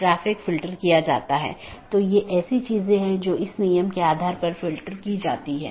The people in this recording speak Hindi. तो इसका मतलब यह है कि OSPF या RIP प्रोटोकॉल जो भी हैं जो उन सूचनाओं के साथ हैं उनका उपयोग इस BGP द्वारा किया जा रहा है